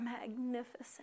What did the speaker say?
magnificent